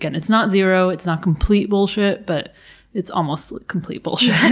and it's not zero, it's not complete bullshit, but it's almost complete bullshit.